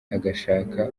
agashaka